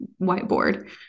whiteboard